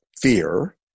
fear